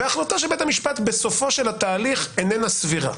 וההחלטה של בית המשפט בסופו של התהליך איננה סבירה,